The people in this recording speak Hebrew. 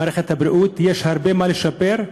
במערכת הבריאות יש הרבה מה לשפר,